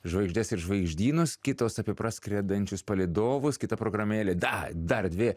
žvaigždes ir žvaigždynus kitos apie praskrendančius palydovus kita programėlė da dar dvi